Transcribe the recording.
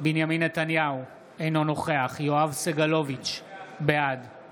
בנימין נתניהו, אינו נוכח יואב סגלוביץ' בעד יבגני